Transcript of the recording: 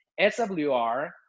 SWR